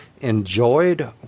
enjoyed